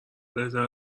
بهتر